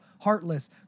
heartless